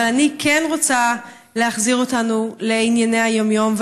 אבל אני כן רוצה להחזיר אותנו לענייני היום-יום.